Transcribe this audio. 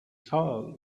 soul